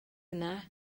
yna